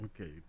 Okay